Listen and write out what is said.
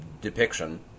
depiction